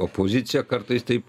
opozicija kartais taip